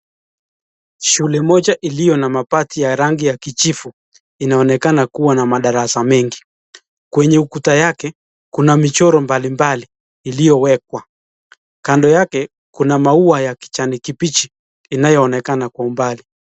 Shule moja ilio na mabati ya rangi ya kijivu, inaonekana kuwa na madarasa mengi. Kwenye ukuta yake kuna michoro mbali mbali iliyo wekwa. Kando yake Kuna maua ya kijani kibichi inayo onekana kwa umbali.